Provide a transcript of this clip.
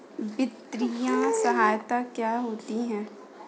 वित्तीय सहायता क्या होती है?